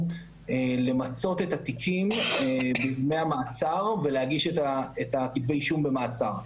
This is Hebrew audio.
למצות את התיקים מהמעצר ולהגיש את כתבי האישום במעצר.